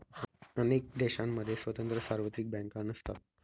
अनेक देशांमध्ये स्वतंत्र सार्वत्रिक बँका नसतात